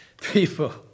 people